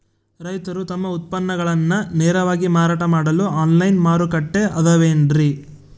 ರೈತರು ತಮ್ಮ ಉತ್ಪನ್ನಗಳನ್ನ ನೇರವಾಗಿ ಮಾರಾಟ ಮಾಡಲು ಆನ್ಲೈನ್ ಮಾರುಕಟ್ಟೆ ಅದವೇನ್ರಿ?